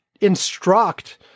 instruct